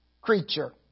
creature